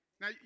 Now